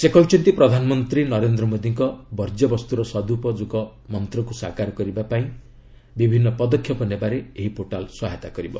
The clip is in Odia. ସେ କହିଛନ୍ତି ପ୍ରଧାନମନ୍ତ୍ରୀ ନରେନ୍ଦ୍ର ମୋଦୀଙ୍କ ବର୍ଜ୍ୟବସ୍ତୁର ସଦ୍ଉପଯୋଗ ମନ୍ତକୁ ସାକାର କରିବା ପାଇଁ ବିଭିନ୍ନ ପଦକ୍ଷେପ ନେବାରେ ଏହି ପୋର୍ଟାଲ ସହାୟତା କରିବ